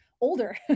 older